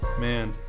Man